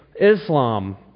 Islam